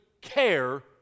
care